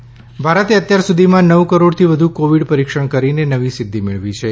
corona દેશ ભારતે અત્યાર સુધીમાં નવ કરોડથી વધુ કોવિડ પરીક્ષણ કરીને નવી સિદ્વિ મેળવી છે